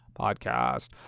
podcast